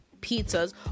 pizzas